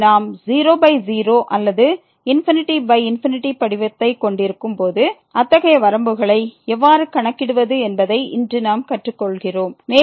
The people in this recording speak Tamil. எனவே நாம் 00 அல்லது ∞∞ படிவத்தை கொண்டிருக்கும் போது அத்தகைய வரம்புகளை எவ்வாறு கணக்கிடுவது என்பதை இன்று நாம் கற்றுக்கொள்கிறோம்